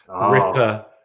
Ripper